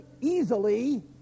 easily